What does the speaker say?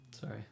Sorry